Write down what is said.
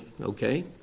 okay